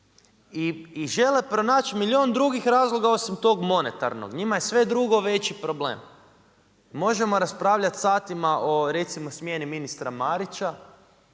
I žele pronaći milijun drugih razloga osim tog monetarnog, njima je sve drugo veći problem. Možemo raspravljati satima o recimo smijeni ministra Marića,